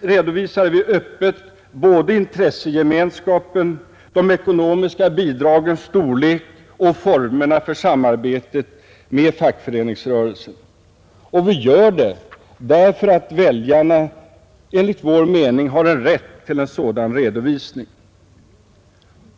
redovisar vi öppet såväl intressegemenskapen som de ekonomiska bidragens storlek och formerna för samarbetet med fackföreningsrörelsen. Och vi gör det därför att väljarna, enligt vår mening, har rätt till en sådan redovisning.